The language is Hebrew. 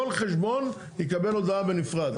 כל חשבון יקבל הודעה בנפרד.